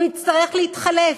הוא יצטרך להתחלף.